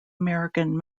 american